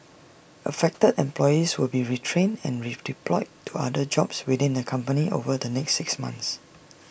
affected employees will be retrained and redeployed to other jobs within the company over the next six months